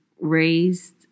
raised